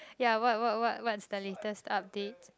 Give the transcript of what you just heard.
ya what what what what's the latest updates